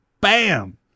bam